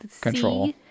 control